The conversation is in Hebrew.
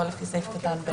לא לפי סעיף קטן (א).